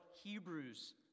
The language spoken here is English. Hebrews